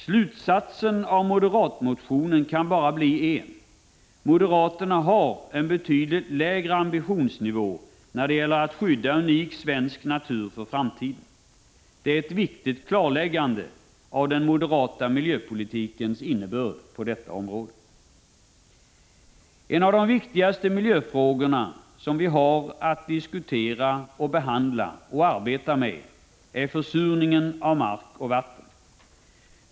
Slutsatsen av moderatmotionen kan bara bli en: moderaterna har en betydligt lägre ambitionsnivå när det gäller att skydda unik svensk natur för framtiden. Det är ett viktigt klarläggande av den moderata miljöpolitikens innebörd på detta område. En av de viktigaste miljöfrågor som vi har att diskutera och arbeta med är försurningen av mark och vatten.